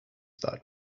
that